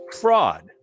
fraud